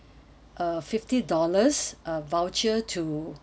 a fifty dollars uh voucher to